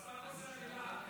אתה סתם עושה עלילה.